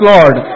Lord